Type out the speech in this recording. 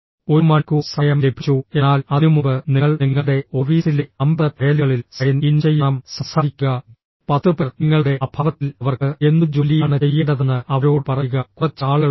ഒരു മണിക്കൂർ സമയം ലഭിച്ചു എന്നാൽ അതിനുമുമ്പ് നിങ്ങൾ നിങ്ങളുടെ ഓഫീസിലെ 50 ഫയലുകളിൽ സൈൻ ഇൻ ചെയ്യണം സംസാരിക്കുക 10 പേർ നിങ്ങളുടെ അഭാവത്തിൽ അവർക്ക് എന്തു ജോലിയാണ് ചെയ്യേണ്ടതെന്ന് അവരോട് പറയുക കുറച്ച് ആളുകളുണ്ട്